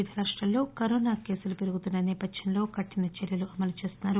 వివిధ రాష్టాల్లో కరోనా కేసులు పెరుగుతున్న నేపథ్యంలో కఠిన చర్యలు అమలు చేస్తున్నారు